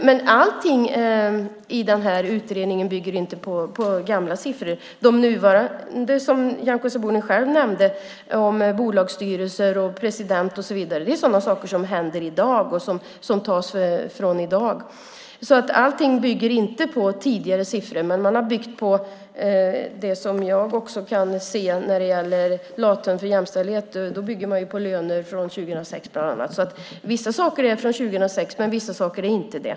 Men allting i utredningen bygger inte på gamla siffror. De som Nyamko Sabuni själv nämnde, om bolagsstyrelser, president och så vidare, är saker som händer i dag. Allting bygger inte på tidigare siffror. I Lathund om jämställdhet bygger man på löner från 2006. Vissa saker är från 2006. Vissa saker är inte det.